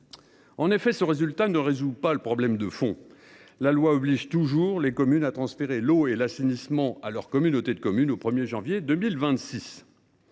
En effet, ce résultat ne résout pas le problème de fond : la loi oblige toujours les communes à transférer l’eau et l’assainissement à leur communauté de communes au 1 janvier 2026.